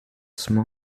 small